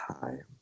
time